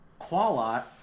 Qualot